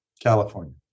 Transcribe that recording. California